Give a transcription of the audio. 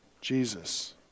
Jesus